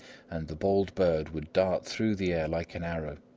and the bold bird would dart through the air like an arrow,